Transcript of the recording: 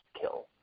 kill